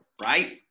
right